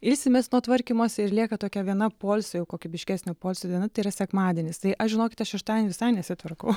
ilsimės nuo tvarkymosi ir lieka tokia viena poilsio jau kokybiškesnio poilsio diena tai yra sekmadienis tai aš žinokite šeštadienį visai nesitvarkau